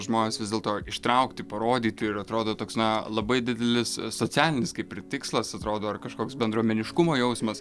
žmonės vis dėlto ištraukti parodyti ir atrodo toks na labai didelis socialinis kaip ir tikslas atrodo ar kažkoks bendruomeniškumo jausmas